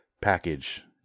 package